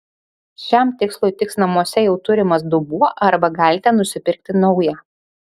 šiam tikslui tiks namuose jau turimas dubuo arba galite nusipirkti naują